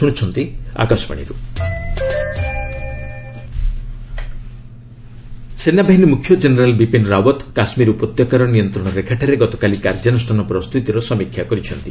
JK army chief ସେନାବାହିନୀ ମୁଖ୍ୟ general Bipin Rawat Kashmir ଉପତ୍ୟକାର ନିୟନ୍ତ୍ରଣ ରେଖାଠାରେ ଗତକାଲି କାର୍ଯ୍ୟାନୁଷ୍ଠାନ ପ୍ରସ୍ତୁତିର ସମୀକ୍ଷା କରିଛନ୍ତି